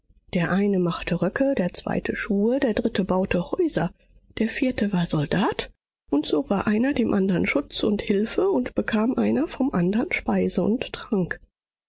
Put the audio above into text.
der eine machte röcke der zweite schuhe der dritte baute häuser der vierte war soldat und so war einer dem andern schutz und hilfe und bekam einer vom andern speise und trank